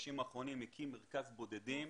בחודשים האחרונים הקים מרכז בודדים.